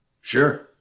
Sure